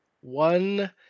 One